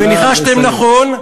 וניחשתם נכון,